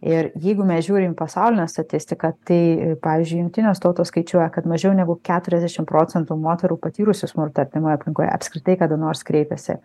ir jeigu mes žiūrim į pasaulinę statistiką tai pavyzdžiui jungtinės tautos skaičiuoja kad mažiau negu keturiasdešimt procentų moterų patyrusių smurtą artimoje aplinkoje apskritai kada nors kreipiasi